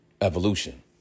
evolution